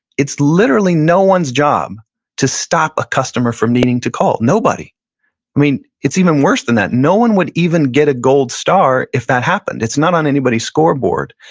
it's literally no one's job to stop a customer from needing to call, nobody it's even worse than that. no one would even get a gold star if that happened. it's not on anybody's scoreboard.